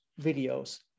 videos